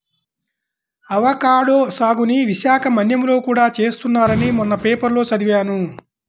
avocado సాగుని విశాఖ మన్యంలో కూడా చేస్తున్నారని మొన్న పేపర్లో చదివాను